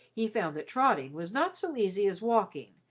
he found that trotting was not so easy as walking,